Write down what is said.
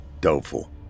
Doubtful